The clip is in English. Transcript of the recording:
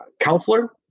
counselor